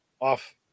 off